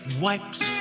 wipes